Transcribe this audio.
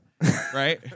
right